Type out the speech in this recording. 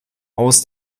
aus